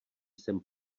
jsem